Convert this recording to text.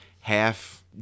half